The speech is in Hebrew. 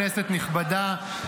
כנסת נכבדה,